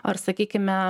ar sakykime